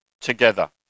together